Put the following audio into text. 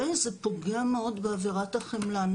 וזה פוגע מאוד באווירת החמלה.